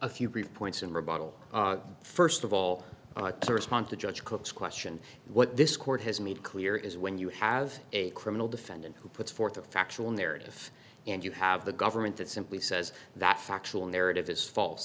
brief points in rebuttal first of all response to judge cook's question what this court has made clear is when you have a criminal defendant who puts forth a factual narrative and you have the government that simply says that factual narrative is false